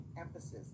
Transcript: emphasis